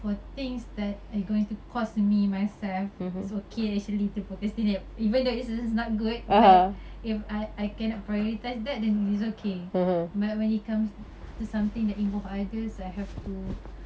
for things that are going to cost me myself is okay actually to procrastinate even though it's it is not good but if I I cannot prioritise that then it's okay but when it comes to something that involve others I have to